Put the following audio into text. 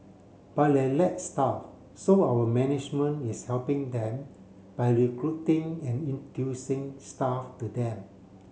but they lack staff so our management is helping them by recruiting and introducing staff to them